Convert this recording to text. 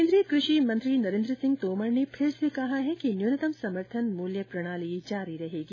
केन्द्रीय कृषि मंत्री नरेन्द्र सिंह तोमर ने फिर से कहा है कि न्यूनतम समर्थन मूल्य प्रणाली जारी रहेगी